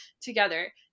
Together